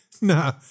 nah